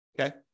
Okay